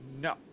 no